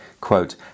quote